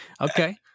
Okay